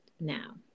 now